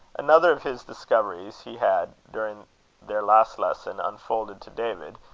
another of his discoveries he had, during their last lesson, unfolded to david,